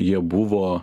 jie buvo